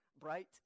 Bright